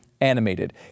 animated